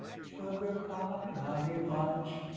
sugar pie honey bunch.